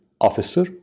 officer